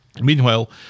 Meanwhile